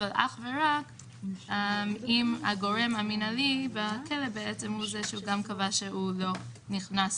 אבל אך ורק אם הגורם המנהלי בכלא הוא זה שגם קבע שהוא לא נכנס